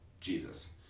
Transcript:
Jesus